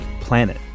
planet